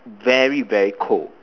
very very cold